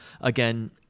again